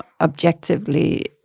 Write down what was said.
objectively